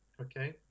Okay